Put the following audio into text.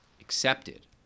accepted